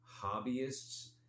hobbyists